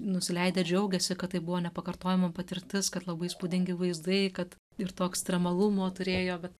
nusileidę džiaugiasi kad tai buvo nepakartojama patirtis kad labai įspūdingi vaizdai kad ir to ekstremalumo turėjo vat